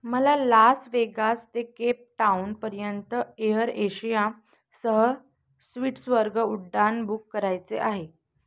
मला Las Vegas ते केपटाउनपर्यंत एअर एशियासह स्वीट्स वर्ग उड्डाण बुक करायचे आहे